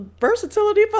versatility